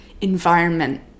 environment